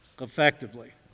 effectively